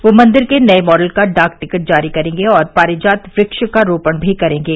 वह मन्दिर के नये मॉडल का डाक टिकट जारी करेंगे और पारिजात वृक्ष का रोपण भी करेंगे